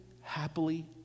happily